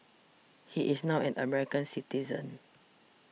he is now an American citizen